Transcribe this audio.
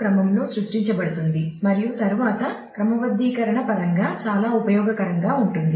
క్రమంలో సృష్టించబడుతుంది మరియు తరువాత క్రమబద్ధీకరణ పరంగా చాలా ఉపయోగకరంగా ఉంటుంది